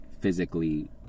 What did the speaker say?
physically